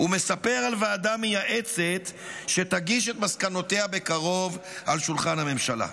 ומספר על ועדה מייעצת שתגיש את מסקנותיה בקרוב על שולחן הממשלה.